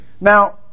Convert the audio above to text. Now